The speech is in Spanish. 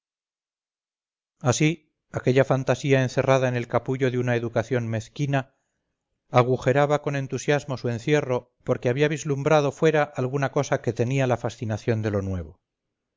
así aquella fantasía encerrada en el capullo de una educación mezquina agujeraba con entusiasmo su encierro porque había vislumbrado fuera alguna cosa que tenía la fascinación de lo nuevo